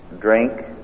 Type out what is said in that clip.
drink